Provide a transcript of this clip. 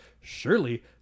surely